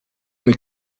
the